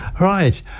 Right